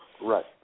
right